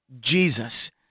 Jesus